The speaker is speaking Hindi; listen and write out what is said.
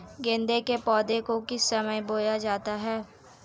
गेंदे के पौधे को किस समय बोया जाता है?